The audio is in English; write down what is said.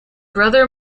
brother